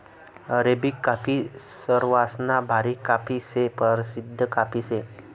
Arabic coffee सरवासमा भारी coffee शे, परशिद्ध कॉफी शे